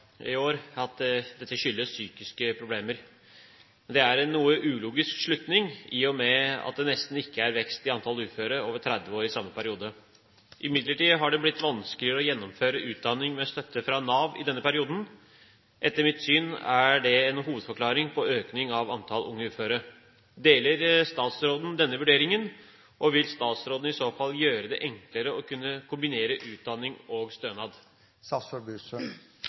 dette skyldes psykiske problemer. Det er en noe ulogisk slutning, i og med at det nesten ikke er vekst i antall uføre over 30 år i samme periode. Imidlertid har det blitt vanskeligere å gjennomføre utdanning med støtte fra Nav i denne perioden. Etter mitt syn er det en hovedforklaring på økningen av antall unge uføre. Deler statsråden denne vurderingen, og vil statsråden i så fall gjøre det enklere å kunne kombinere utdanning og